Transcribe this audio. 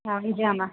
تھاوٕ جمع